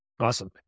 Awesome